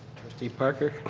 trustee parker?